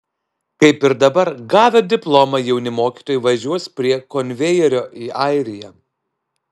kaip ir dabar gavę diplomą jauni mokytojai važiuos prie konvejerio į airiją